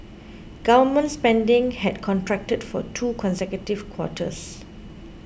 government spending had contracted for two consecutive quarters